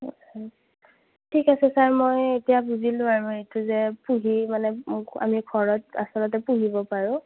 হয় ঠিক আছে ছাৰ মই এতিয়া বুজিলোঁ আৰু এইটো যে পুহি মানে আমি ঘৰত আচলতে পোহিব পাৰোঁ